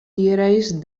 theorized